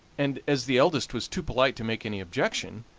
and as the eldest was too polite to make any objection,